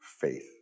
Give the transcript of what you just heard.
faith